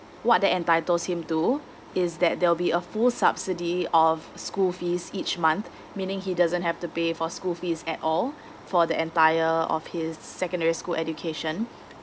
what they entitles him to is that there'll be a full subsidy of school fees each month meaning he doesn't have to pay for school fees at all for the entire of his secondary school education